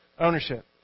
Ownership